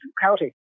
County